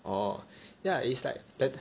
orh ya it's like that tim~